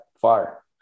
far